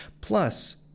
Plus